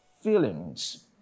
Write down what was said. feelings